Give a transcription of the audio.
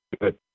Good